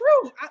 true